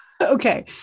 Okay